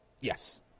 Yes